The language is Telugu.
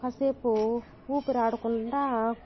కాసేపు ఊపిరాడకుండా